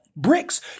bricks